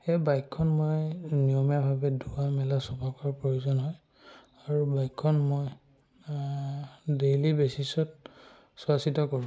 সেয়ে বাইকখন মই নিয়মীয়াভাৱে ধোৱা মেলা চফা কৰাৰ প্ৰয়োজন হয় আৰু বাইকখন মই ডেইলি বেচিছত চোৱা চিতা কৰোঁ